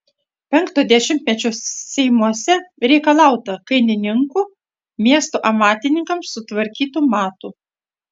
penkto dešimtmečio seimuose reikalauta kainininkų miesto amatininkams sutvarkytų matų